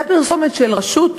הייתה פרסומת של רשות,